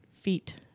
Feet